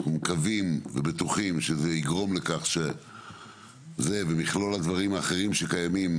אנחנו מקווים ובטוחים שזה יגרום לכך שזה ומכלול הדברים האחרים שקיימים,